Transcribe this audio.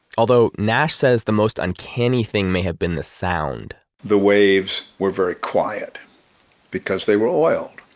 although nash says the most uncanny thing may have been the sound the waves were very quiet because they were oiled.